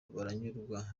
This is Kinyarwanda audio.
baranyurwa